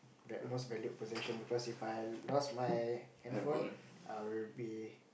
most valued possession because If I lost my handphone I will be